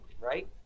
right